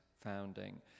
founding